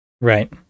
Right